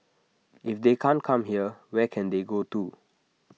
if they can't come here where can they go to